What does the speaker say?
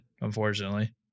Unfortunately